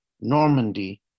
Normandy